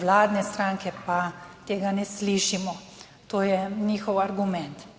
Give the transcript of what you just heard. vladne stranke pa tega ne slišimo, to je njihov argument.